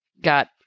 got